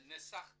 נסח טאבו,